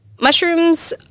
Mushrooms